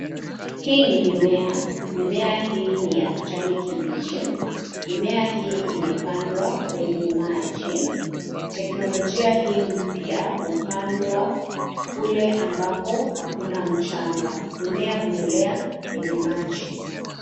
Hii ni mimea. Mimea hii ninya kijani kibichi. Mimea hii imepandwa kwenye maji. Teknolojia hii mpya hupandwa kule ambapo hakuna mchanga. Mimea humelea kwenye maji.